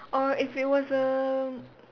or if it was a